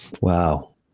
Wow